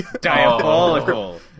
Diabolical